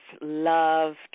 love